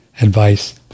advice